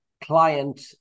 client